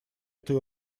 этой